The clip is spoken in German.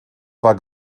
war